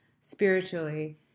spiritually